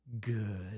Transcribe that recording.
good